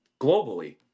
globally